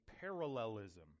parallelism